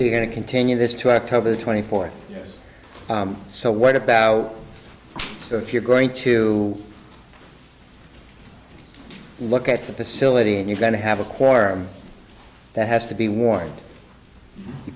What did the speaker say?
we're going to continue this to october twenty fourth so what about if you're going to look at the facility and you're going to have a quorum that has to be worn you